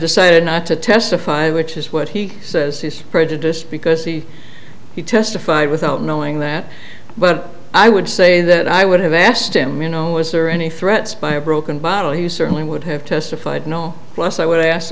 decided not to testify which is what he says he's prejudiced because he testified without knowing that but i would say that i would have asked him you know was there any threats by a broken bottle you certainly would have testified no less i would have asked